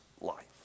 life